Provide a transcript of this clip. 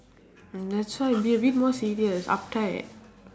and that's why be a bit more serious uptight